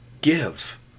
give